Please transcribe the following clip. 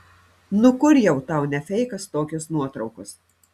nu kur jau tau ne feikas tokios nuotraukos